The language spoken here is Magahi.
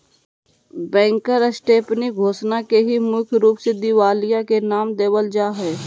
बैंकरप्टेन्सी घोषणा के ही मुख्य रूप से दिवालिया के नाम देवल जा हय